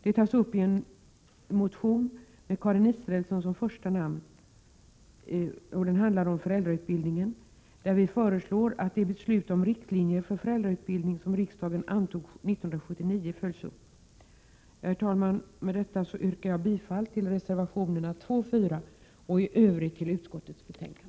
Detta tas upp i en motion om föräldrautbildningen med Karin Israelsson som första namn. Där föreslår vi att det beslut om riktlinjer för föräldrautbildning som riksdagen antog 1979 följs upp. Herr talman! Jag yrkar bifall till reservationerna 2 och 4 samt i övrigt till utskottets hemställan.